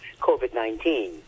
COVID-19